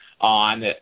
on